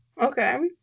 Okay